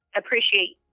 appreciate